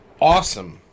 awesome